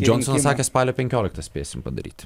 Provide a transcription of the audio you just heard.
džonsonas sakė spalio penkioliktą spėsim padaryti